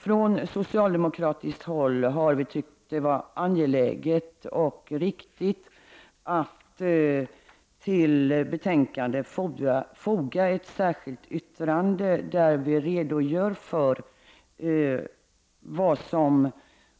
Från socialdemokratiskt håll har vi tyckt att det var angeläget och riktigt att till betänkandet foga ett särskilt yttrande, där vi redogör för vad som